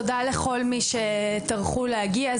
תודה לכל מי שטרחו להגיע.